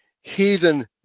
heathen